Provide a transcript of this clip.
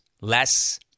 less